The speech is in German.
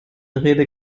rede